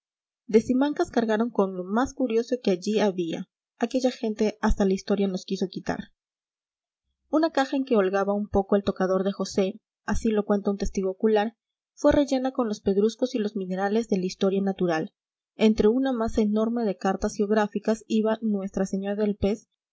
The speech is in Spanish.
de simancas cargaron con lo más curioso que allí había aquella gente hasta la historia nos quiso quitar una caja en que holgaba un poco el tocador de josé así lo cuenta un testigo ocular fue rellena con los pedruscos y los minerales de la historia natural entre una masa enorme de cartas geográficas iba nuestra señora del pez